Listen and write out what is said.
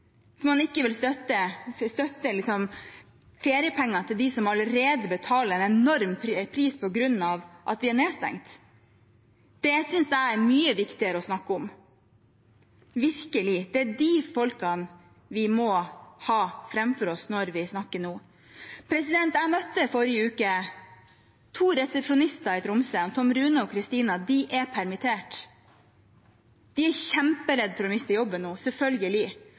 man ikke vil støtte feriepenger til dem som allerede betaler en enorm pris på grunn av at vi er nedstengt. Det synes jeg er mye viktigere å snakke om – virkelig. Det er de folkene vi må ha framfor oss når vi nå snakker. Jeg møtte forrige uke to resepsjonister i Tromsø, Tom Rune og Christina. De er permittert. De er selvfølgelig kjemperedde for å miste jobben nå.